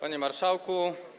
Panie Marszałku!